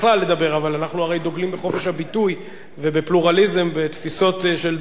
אבל אנחנו הרי דוגלים בחופש הביטוי ובפלורליזם ובתפיסות של דעות רבות,